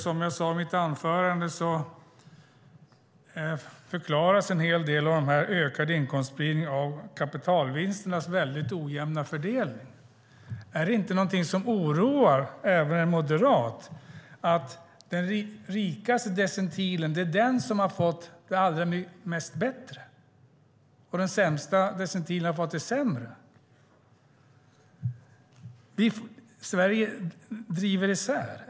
Som jag sade i mitt anförande förklaras en hel del av denna ökade inkomstspridning av kapitalvinsternas mycket ojämna fördelning. Är det inte någonting som oroar även en moderat att den rikaste decilen har fått de största förbättringarna och att den fattigaste decilen har fått det sämre? Sverige drivs isär.